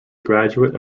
graduate